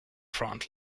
front